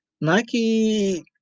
Nike